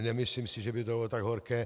Nemyslím si, že by to bylo tak horké.